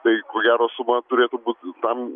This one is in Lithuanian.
tai ko gero suma turėtų būt tam